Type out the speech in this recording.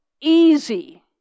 easy